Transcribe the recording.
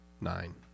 Nine